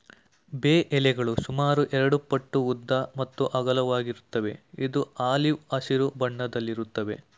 ಬೇ ಎಲೆಗಳು ಸುಮಾರು ಎರಡುಪಟ್ಟು ಉದ್ದ ಮತ್ತು ಅಗಲವಾಗಿರುತ್ವೆ ಇದು ಆಲಿವ್ ಹಸಿರು ಬಣ್ಣದಲ್ಲಿರುತ್ವೆ